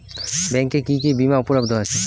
ব্যাংকে কি কি বিমা উপলব্ধ আছে?